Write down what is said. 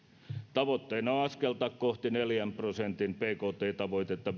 tavoitteena on askeltaa kohti neljän prosentin bkt tavoitetta